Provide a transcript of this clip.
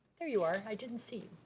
there you are, i didn't see you.